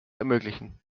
ermöglichen